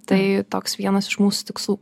tai toks vienas iš mūsų tikslų